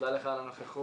תודה לך על הנוכחות.